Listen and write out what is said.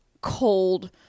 cold